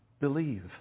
Believe